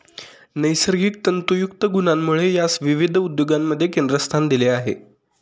नैसर्गिक तंतुयुक्त गुणांमुळे यास विविध उद्योगांमध्ये केंद्रस्थान दिले आहे